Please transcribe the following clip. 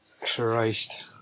Christ